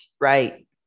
right